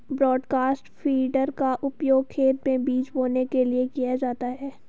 broadcast feeder का उपयोग खेत में बीज बोने के लिए किया जाता है